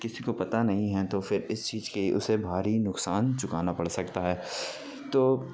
کسی کو پتہ نہیں ہیں تو پھر اس چیز کی اسے بھاری نقصان چکانا پڑ سکتا ہے تو